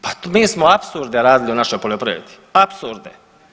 Pa mi smo apsurde radili u našoj poljoprivredi, apsurde.